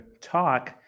talk